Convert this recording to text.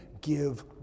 give